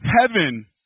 heaven